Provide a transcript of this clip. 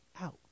out